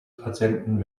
patienten